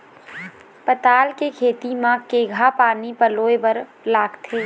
पताल के खेती म केघा पानी पलोए बर लागथे?